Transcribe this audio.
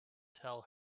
tell